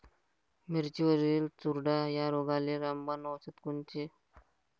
मिरचीवरील चुरडा या रोगाले रामबाण औषध कोनचे?